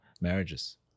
marriages